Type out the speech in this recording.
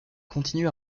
continue